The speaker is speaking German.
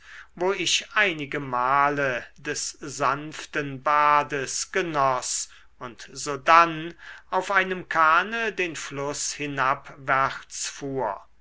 wo ich einige male des sanften bades genoß und sodann auf einem kahne den fluß hinabwärts fuhr